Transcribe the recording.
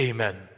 Amen